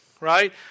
right